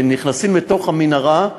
שנכנסים לתוך המנהרה,